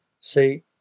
See